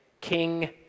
King